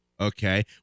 okay